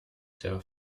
der